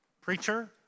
preacher